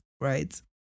right